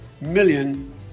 million